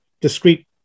discrete